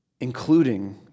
including